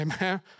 Amen